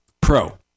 pro